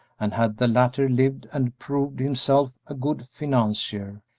and had the latter lived and proved himself a good financier,